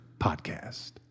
Podcast